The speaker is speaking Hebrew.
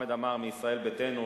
וחמד עמאר מישראל ביתנו,